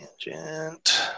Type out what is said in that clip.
Tangent